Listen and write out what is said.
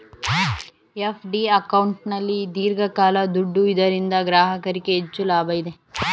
FD ಅಕೌಂಟಲ್ಲಿ ದೀರ್ಘಕಾಲ ದುಡ್ಡು ಇದರಿಂದ ಗ್ರಾಹಕರಿಗೆ ಹೆಚ್ಚು ಲಾಭ ಇದೆ